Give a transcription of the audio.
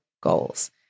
goals